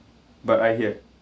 but I hear